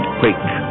quake